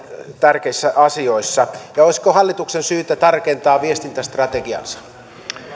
tärkeissä asioissa ja ja olisiko hallituksen syytä tarkentaa viestintästrategiaansa